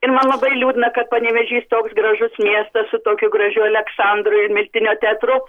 ir man labai liūdna kad panevėžys toks gražus miestas su tokiu gražiu aleksandru ir miltinio teatru